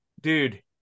dude